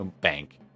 bank